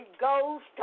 Ghost